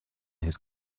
his